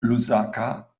lusaka